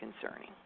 concerning